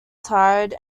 tried